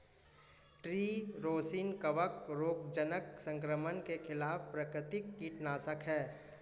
tree rosin कवक रोगजनक संक्रमण के खिलाफ प्राकृतिक कीटनाशक है